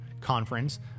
Conference